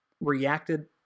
reacted